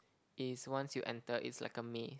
is once you enter it's like a maze